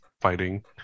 fighting